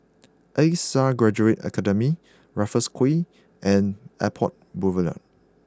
A Star Graduate Academy Raffles Quay and Airport Boulevard